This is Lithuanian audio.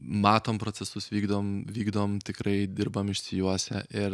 matom procesus vykdom vykdom tikrai dirbam išsijuosę ir